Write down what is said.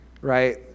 right